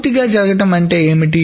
పూర్తిగా అంటే ఏమిటి